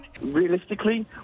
Realistically